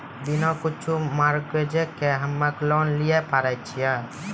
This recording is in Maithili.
बिना कुछो मॉर्गेज के हम्मय लोन लिये पारे छियै?